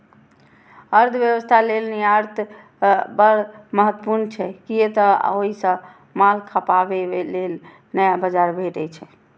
अर्थव्यवस्था लेल निर्यात बड़ महत्वपूर्ण छै, कियै तं ओइ सं माल खपाबे लेल नया बाजार भेटै छै